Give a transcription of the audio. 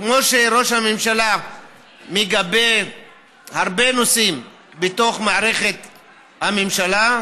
כמו שראש הממשלה מגבה הרבה נושאים בתוך מערכת הממשלה,